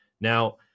Now